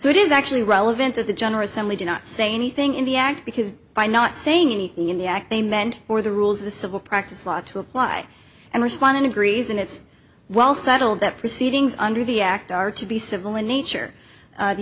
it is actually relevant that the general assembly did not say anything in the act because by not saying anything in the act they meant for the rules of the civil practice law to apply and respond agrees and it's well settled that proceedings under the act are to be civil in nature